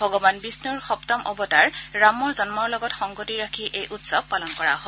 ভগৱান বিষ্ণৰ সপ্তম অৱতাৰ ৰামৰ জন্মৰ লগত সংগতি ৰাখি এই উৎসৱ পালন কৰা হয়